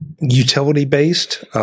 utility-based